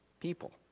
People